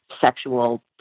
sexual